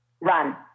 run